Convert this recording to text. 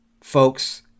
folks